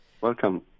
Welcome